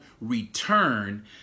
return